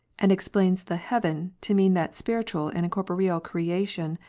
and explains the heaven to mean that spiritual and corporeal creation,